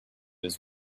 his